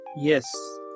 Yes